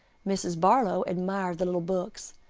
mrs. barlow admired the little books.